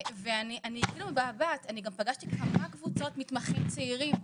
ואני גם פגשתי כמה קבוצות של מתמחים צעירים.